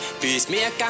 Peacemaker